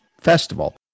festival